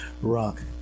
rock